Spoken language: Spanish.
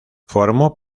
formó